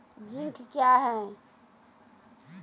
Zinc क्या हैं?